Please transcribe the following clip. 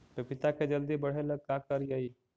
पपिता के जल्दी बढ़े ल का करिअई?